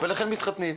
ולכן מתחתנים.